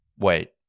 Wait